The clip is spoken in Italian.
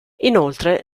inoltre